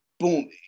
Boom